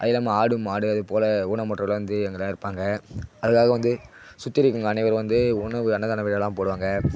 அது இல்லாமல் ஆடு மாடு அதுபோல் ஊனமுற்றவர்லாம் வந்து அங்கேலாம் இருப்பாங்க அதுக்காக வந்து சுற்றி இருக்கிறவங்க அனைவரும் வந்து உணவு அன்னதானம் விழாலாம் போடுவாங்கள்